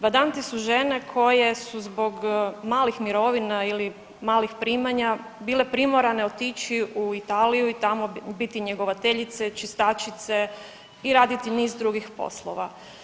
Badanti su žene koje su zbog malih mirovina ili malih primanja bile primorane otići u Italiju i tamo biti njegovateljice, čistačice i raditi niz drugih poslova.